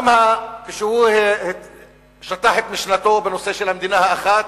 גם כשהוא שטח את משנתו בנושא של המדינה האחת,